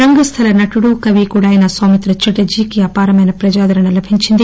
రంగస్దల నటుడు కవి కూడా అయిన సౌమిత్ర ఛటర్టీ కి అపారమైన ప్రజాదరణ లభించింది